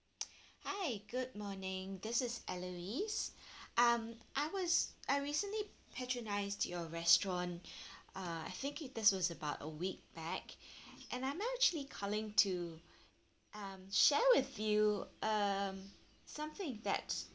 hi good morning this is alarise um I was I recently patronised your restaurant uh I think it that was about a week back and I'm actually calling to um share with you um something that